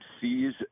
sees